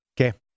Okay